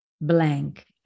blank